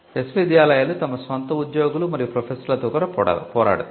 విశ్వవిద్యాలయాలు తమ స్వంత ఉద్యోగులు మరియు ప్రొఫెసర్లతో కూడా పోరాడుతాయి